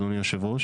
אדוני יושב הראש,